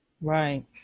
Right